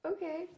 Okay